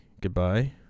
goodbye